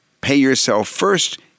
pay-yourself-first